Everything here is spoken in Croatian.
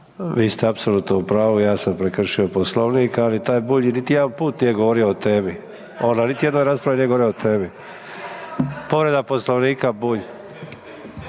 Vi ste apsolutno u pravu, ja sam prekršio Poslovnik, ali taj Bulj niti jedan put nije govorio o temi, niti jedna rasprava nije govorio o temi. Povreda Poslovnika Bulj.